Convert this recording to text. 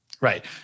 Right